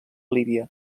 líbia